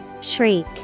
Shriek